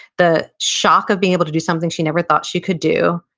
the shock of being able to do something she never thought she could do,